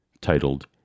titled